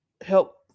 help